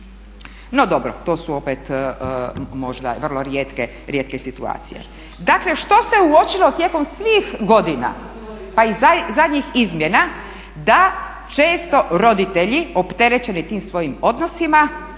No dobro, to su opet možda vrlo rijetke situacije. Dakle što se uočilo tijekom svih godina pa i zadnjih izmjena, da često roditelji opterećeni tim svojim odnosima